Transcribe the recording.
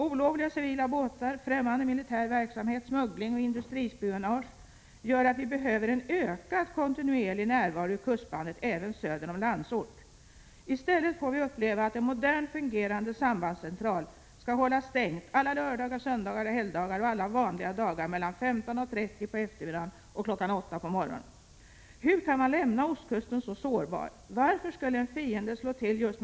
Olovliga civila båtar, främmande militär verksamhet, smuggling och industrispionage gör att vi behöver ökad kontinuerlig närvaro i kustbandet även söder om Landsort. I stället får vi uppleva att en modern fungerande sambandscentral skall hållas stängd alla lördagar, söndagar och helgdagar samt vardagar mellan kl. 15.30 på eftermiddagen och kl. 8.00 på morgonen. Hur kan man lämna ostkusten så sårbar? Varför skulle en fiende slå till just Prot.